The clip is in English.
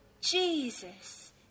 Jesus